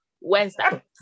Wednesday